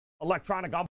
electronic